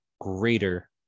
greater